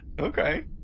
Okay